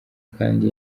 kandi